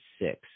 six